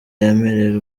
yemereye